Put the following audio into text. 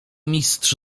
mistrz